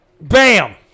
Bam